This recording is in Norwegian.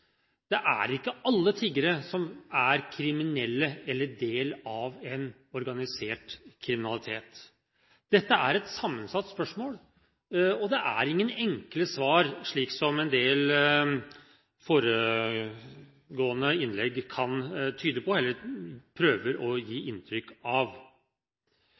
at det ikke er alle tiggere som er kriminelle eller del av en organisert kriminalitet. Dette er et sammensatt spørsmål, og det er ingen enkle svar, slik man i en del av de foregående innlegg prøver å gi inntrykk av.